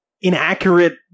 inaccurate